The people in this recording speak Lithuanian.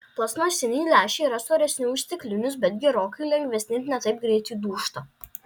plastmasiniai lęšiai yra storesni už stiklinius bet gerokai lengvesni ir ne taip greitai dūžta